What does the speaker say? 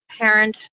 parent